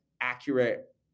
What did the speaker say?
accurate